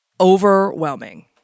overwhelming